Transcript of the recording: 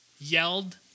yelled